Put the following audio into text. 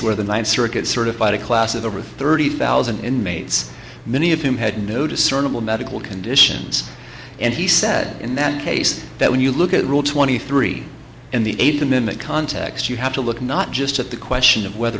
where the ninth circuit certified a class of the route thirty thousand inmates many of whom had no discernible medical conditions and he said in that case that when you look at rule twenty three in the eighth them in that context you have to look not just at the question of whether